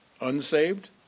unsaved